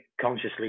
consciously